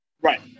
Right